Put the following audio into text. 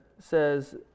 says